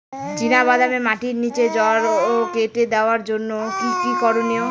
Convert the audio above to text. চিনা বাদামে মাটির নিচে জড় কেটে দেওয়ার জন্য কি কী করনীয়?